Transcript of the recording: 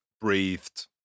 breathed